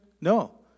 No